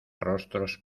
rostros